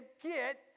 get